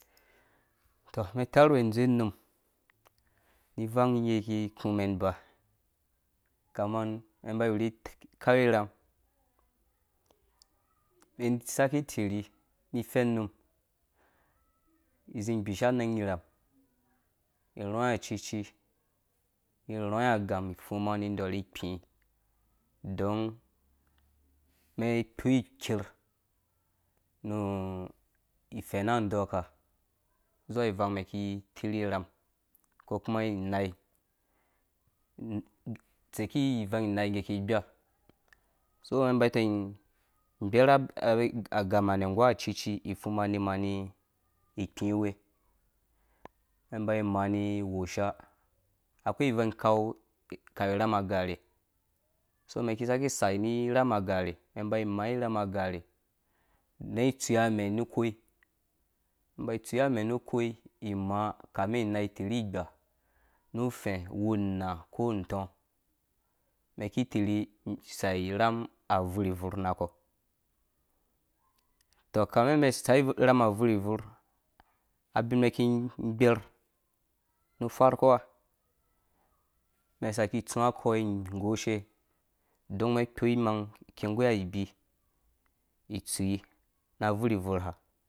Utɔ umɛn itarwɛɛ ĩdowe unum, mi ivang ijɛ iki ikumen imba, ukama umɛn itirhi ni ifɛn num izĩ ĩgbisha anang iram, irhɔĩ acici, ni irhɔ̃ĩ agam ipfuma ni ĩdɔrhi ikpiĩ don umɛn ikpo iker nu ifɛna andɔka uzuwa ivang mɛn iki itirhi irham ukokuma inaiutseki ivang inai iki igba, uso umɛn ĩmba ĩgbara agamanɛ nggu acici ipguma imani ipiĩ we, umɛn ĩba imaa ni iwosha, akoi ivang ikan irham agarhe, uso umɛn iki isaki isai ni irham agarhe imbo imaa irham agarhe idɛɛ̃ itui amɛ̃ nu ukoi ĩmba itsui amɛ̃ nu ukoi imaa ni inai iutirhi isai irham abuurh-bvurh nakɔ, utɔ ukami umɛn isai mɛn iki ĩgbɛr nu farkoa umɛn iki isaki itsuã akɔ ing goshe uon umɛn ikpo imang umɛn iki inggoi itsui na abvurh-bvur ha.